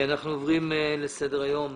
אנחנו עוברים לסדר היום.